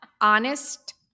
Honest